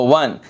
one